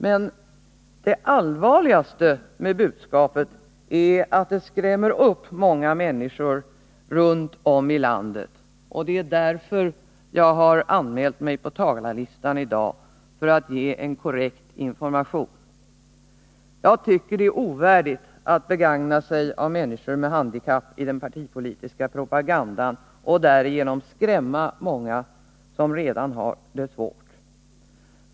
Men det allvarligaste med budskapet är att det skrämmer upp många människor runt om i landet. Jag har anmält mig på talarlistan i dag för att ge korrekt information om vad som görs. Jag tycker det är ovärdigt att begagna sig av människor med handikapp i den partipolitiska propagandan och därigenom skrämma många människor som redan har det svårt.